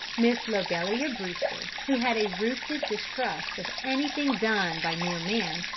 miss lobelia brewster, who had a rooted distrust of anything done by mere man,